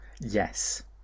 Yes